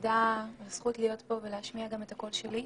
תודה על הזכות להיות פה ולהשמיע גם את הקול שלי.